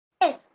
Yes